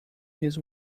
his